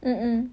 mm mm